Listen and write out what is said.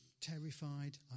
terrified